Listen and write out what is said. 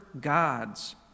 gods